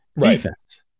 defense